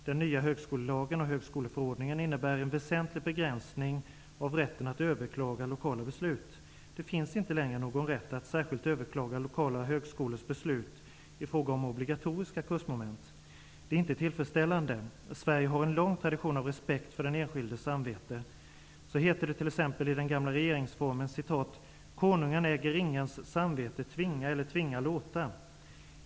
Den nya högskolelagen och högskoleförordningen innebär en väsentlig begränsning av rätten att överklaga lokala beslut. Det finns inte längre någon rätt att särskilt överklaga lokala högskolors beslut i fråga om obligatoriska kursmoment. Detta är inte tillfredsställande. Sverige har en lång tradition av respekt för den enskildes samvete. Så heter det t.ex. i den gamla regeringsformen: ''Konungen äger ingens samvete tvinga eller tvinga låta''.